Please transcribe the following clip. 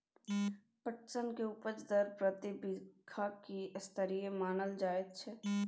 पटसन के उपज दर प्रति बीघा की स्तरीय मानल जायत छै?